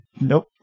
Nope